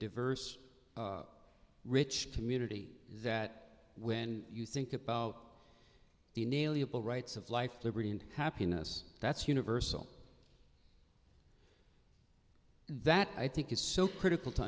diverse rich community is that when you think about the inalienable rights of life liberty and happiness that's universal that i think is so critical to